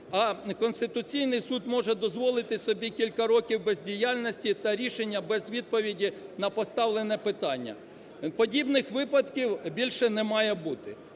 а Конституційний Суд може дозволити собі кілька років бездіяльності та рішення без відповіді на поставлене питання? Подібних випадків більше не має бути.